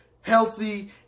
healthy